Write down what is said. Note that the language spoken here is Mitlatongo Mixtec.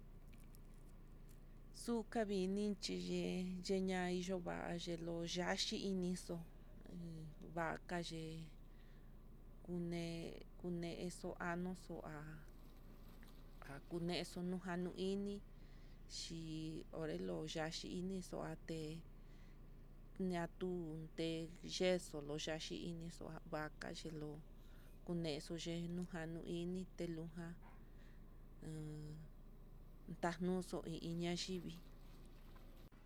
Xukanvichi xhi yée yenahí yovayeloya'a xhi inixo iin vaka yee, kune kunexo há nuxo há hakunexo nuja no ini, xhi hore ya'a xhinixo até ñatute yexo nayivixo vakaxhilo nee yuu yenojan ini telunjan haaa ndanuxi i iin ñaivii.